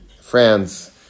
France